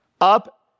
Up